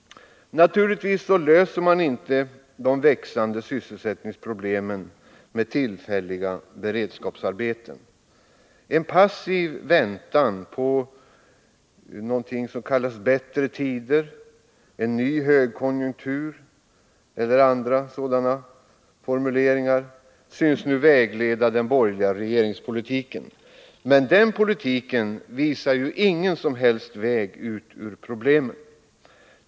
Naturligtvis löser man inte de växande sysselsättningsproblemen med tillfälliga beredskapsarbeten. En passiv väntan på någonting som kallas bättre tider, en ny högkonjunktur etc. synes nu vägleda den borgerliga regeringspolitiken. Men den politiken visar ingen väg ut ur problemen.